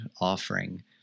offering